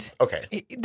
okay